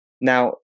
Now